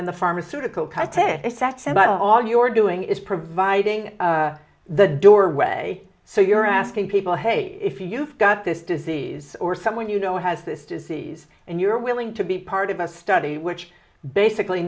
and the pharmaceutical cartel if that's about all your doing is providing the doorway so you're asking people hey if you've got this disease or someone you know has this disease and you're willing to be part of a study which basically